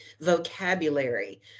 vocabulary